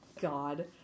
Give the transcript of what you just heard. God